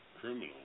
criminal